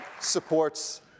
supports